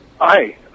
Hi